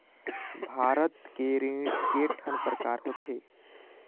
भारत के ऋण के ठन प्रकार होथे?